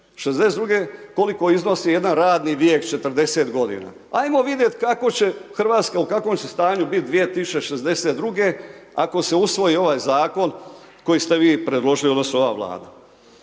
g., koliko iznosi jedan radni vijek 40 g. Ajmo vidjeti kako će Hrvatska, u kakvom će stanju biti 2062. ako se usvoji ovaj zakon koji ste vi predložili odnosno ova Vlada.